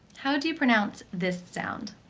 how do you pronounce this sound?